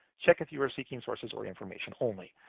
check if you are seeking sources or information only.